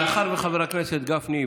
מאחר שחבר הכנסת גפני,